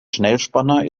schnellspanner